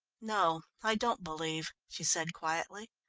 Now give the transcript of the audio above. no, i don't believe, she said quietly.